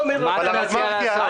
מה אתה מציע לעשות?